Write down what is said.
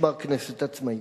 משמר הכנסת עצמאי.